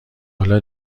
حالا